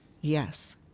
Yes